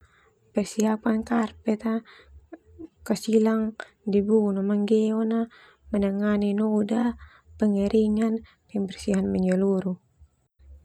Persiapkan karpet ah, kas ilang debu no manggeon na, penangganan noda, pengeringan, pembersihan menyeluruh.